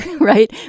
Right